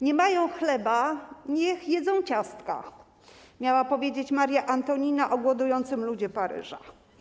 Nie mają chleba, niech jedzą ciastka - miała powiedzieć Maria Antonina o głodującym ludzie Paryża.